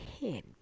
head